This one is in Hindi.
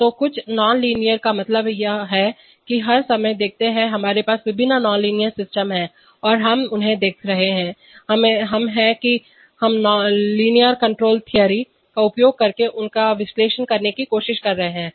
तो कुछ एक नॉनलाइनर का मतलब है जो हर समय देखते हैं हमारे पास विभिन्न नॉनलाइनर सिस्टम हैं और हम उन्हें देख रहे हैं हम हैं कि हम लीनियर कण्ट्रोल थ्योरी का उपयोग करके उनका विश्लेषण करने की कोशिश कर रहे हैं